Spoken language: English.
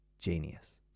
Genius